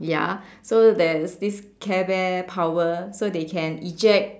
ya so there's this care bear power so they can eject